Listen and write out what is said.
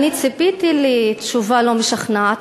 אני ציפיתי לתשובה לא משכנעת,